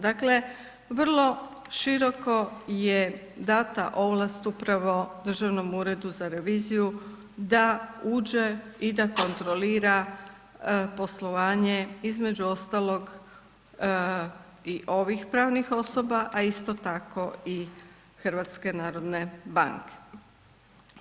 Dakle vrlo široko je dana ovlast upravo Državnom uredu za reviziju da uđe i da kontrolira poslovanje između ostalog i ovih pravnih osoba a isto tako i HNB-a.